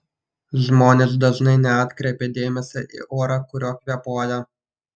žmonės dažnai neatkreipia dėmesio į orą kuriuo kvėpuoja